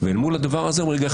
ואל מול הדבר הזה אומרים רגע,